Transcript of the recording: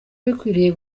bikwiriye